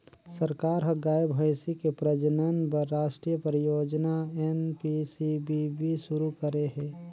सरकार ह गाय, भइसी के प्रजनन बर रास्टीय परियोजना एन.पी.सी.बी.बी सुरू करे हे